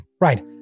right